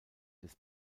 des